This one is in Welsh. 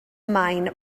maen